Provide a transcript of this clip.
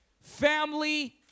family